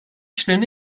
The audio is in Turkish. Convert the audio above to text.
kişilerin